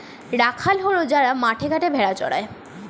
রাখাল হল যারা মাঠে ঘাটে ভেড়া চড়ায়